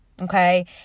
Okay